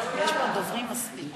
איפה, גברתי היושבת-ראש,